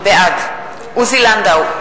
בעד עוזי לנדאו,